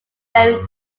very